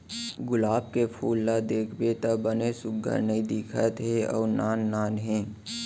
गुलाब के फूल ल देखबे त बने सुग्घर नइ दिखत हे अउ नान नान हे